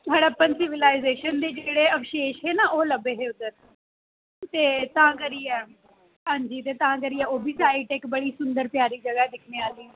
हां जी